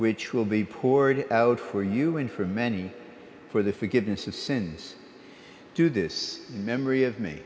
which will be poor it out for you and for many for the forgiveness of sins to this memory of me